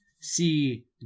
see